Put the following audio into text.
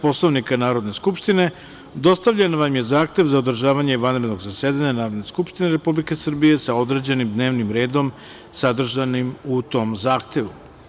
Poslovnika Narodne skupštine, dostavljen vam je zahtev za održavanje vanrednog zasedanja Narodne skupštine Republike Srbije sa određenim dnevnim redom sadržanim u tom zahtevu.